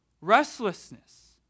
restlessness